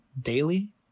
Daily